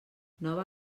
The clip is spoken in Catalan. nova